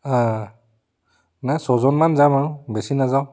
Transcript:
নাই ছয়জন মান যাম আৰু বেছি নাযাওঁ